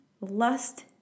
lust